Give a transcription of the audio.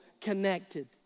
connected